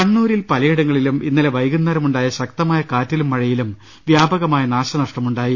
കണ്ണൂരിൽ പലയിടങ്ങളിലും ഇന്നലെ വൈകുന്നേര മുണ്ടായ ശക്തമായ കാറ്റിലും മഴയിലും വ്യാപകമായ നാശനഷ്ടം ഉണ്ടാ യി